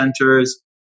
centers